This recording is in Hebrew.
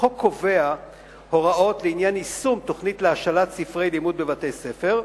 החוק קובע הוראות לעניין יישום תוכנית להשאלת ספרי לימוד בבתי-ספר.